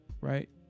right